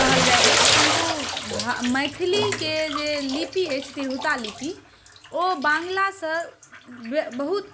कहल जाइत अछि किन्तु मैथिलीके जे लिपि अछि तिरहुता लिपि ओ बांग्लासँ बहुत